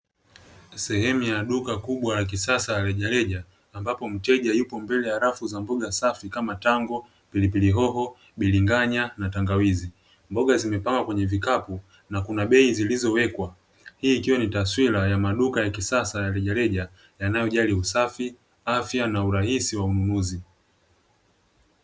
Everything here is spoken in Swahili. Sehemu ya duka kubwa la kisasa la rejareja, ambapo mteja yupo mbele ya rafu za mboga safi kama: tango, pilipili hoho, biringanya na tangawizi. Mboga zimepangwa kwenye vikapu na kuna bei zilizowekwa. Hii ikiwa ni taswira ya maduka ya kisasa ya rejareja yanayojali: usafi, afya, na urahisi wa ununuzi.